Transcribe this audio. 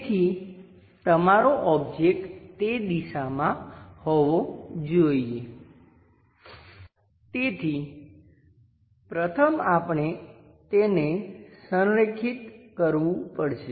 તેથી તમારો ઓબ્જેક્ટ તે દિશામાં હોવો જોઈએ તેથી પ્રથમ આપણે તેને સંરેખિત કરવું પડશે